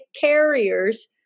carriers